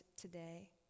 today